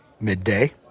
midday